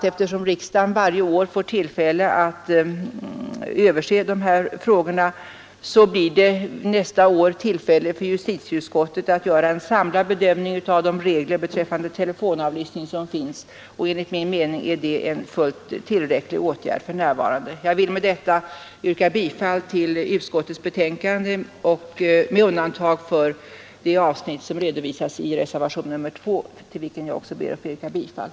Eftersom riksdagen varje år får tillfälle att se över dessa frågor, blir det tillfälle för justitieutskottet att nästa år göra en samlad bedömning av de regler beträffande telefonavlyssning som finns. Enligt min mening är det för närvarande en fullt tillräcklig åtgärd. Jag vill med dessa ord yrka bifall till utskottets hemställan, med undantag för det avsnitt som redovisas i reservationen 2, till vilken jag ber att få yrka bifall.